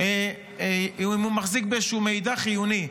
אם הוא מחזיק במידע חיוני.